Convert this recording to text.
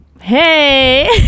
Hey